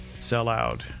Sellout